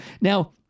Now